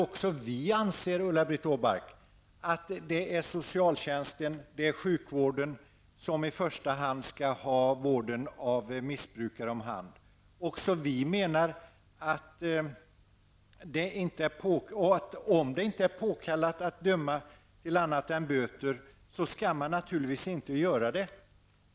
Också vi anser, Ulla-Britt Åbark, att det är socialtjänsten och sjukvården som i första hand skall handha vården av missbrukare. Också vi menar att om det inte är påkallat att döma till annat än böter, skall man naturligtvis inte göra det.